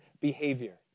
behavior